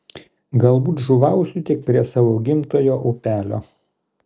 galbūt žuvausiu tik prie savo gimtojo upelio